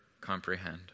comprehend